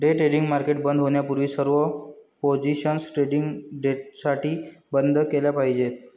day trading market बंद होण्यापूर्वी सर्व पोझिशन्स ट्रेडिंग डेसाठी बंद केल्या पाहिजेत